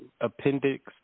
appendix